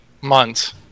months